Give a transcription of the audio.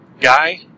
guy